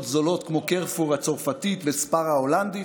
זולות כמו Carrefour הצרפתית ו-Spar ההולנדית.